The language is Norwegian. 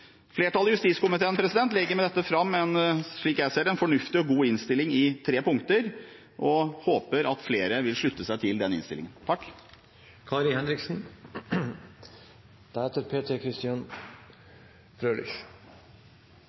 Flertallet i justiskomiteen legger med dette fram – slik jeg ser det – en fornuftig og god innstilling i tre punkter og håper at flere vil slutte seg til den.